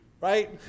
right